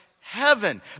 heaven